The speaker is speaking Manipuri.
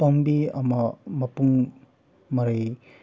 ꯄꯥꯝꯕꯤ ꯑꯃ ꯃꯄꯨꯡ ꯃꯔꯩ